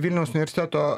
vilniaus universiteto